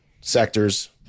sectors